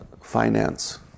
finance